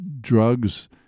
drugs